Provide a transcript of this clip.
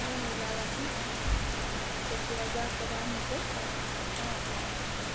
অঁ ওলাবাচোন কেতিয়া যোৱা ক'বা মোকো অঁ অঁ